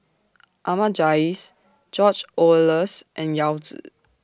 Ahmad Jais George Oehlers and Yao Zi